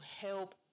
help